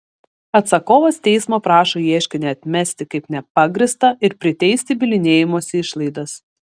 atsakovas teismo prašo ieškinį atmesti kaip nepagrįstą ir priteisti bylinėjimosi išlaidas